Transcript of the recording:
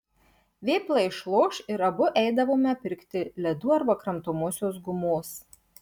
vėpla išloš ir abu eidavome pirkti ledų arba kramtomosios gumos